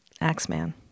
Axeman